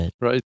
right